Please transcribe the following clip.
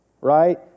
right